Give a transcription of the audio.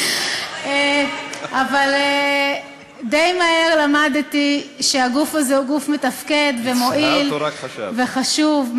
אבל די מהר למדתי שהגוף הזה הוא גוף מתפקד ומועיל וחשוב,